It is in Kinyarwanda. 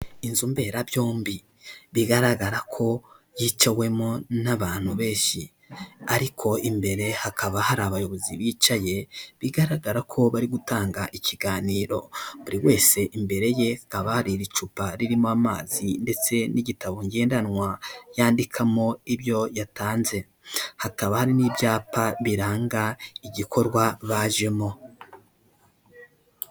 Inzu mberabyombi bigaragara ko yicawemo n'abantu benshi ariko imbere hakaba hari abayobozi bicaye, bigaragara ko bari gutanga ikiganiro. Buri wese imbere ye hakaba hari icupa ririmo amazi ndetse n'igitabo ngendanwa, yandikamo ibyo yatanze, hakaba n'ibyapa biranga igikorwa bajemo.